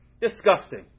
Disgusting